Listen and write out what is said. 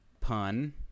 pun